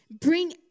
bring